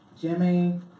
Jimmy